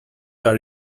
are